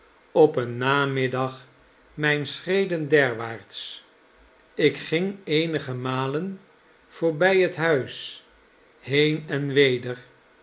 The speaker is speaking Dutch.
op een namiddag mijne schreden derwaarts ik ging eenige malen voorbij het huis heen en weder